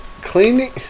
cleaning